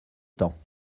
temps